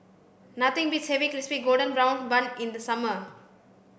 nothing beats having crispy golden brown bun in the summer